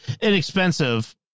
inexpensive